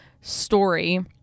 story